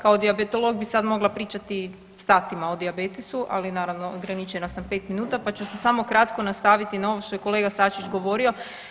Kao dijabetolog bi sad mogla pričati satima o dijabetesu, ali naravno ograničena sam pet minuta pa ću se samo kratko nastaviti na ovo što je kolega Sačić govorio.